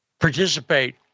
participate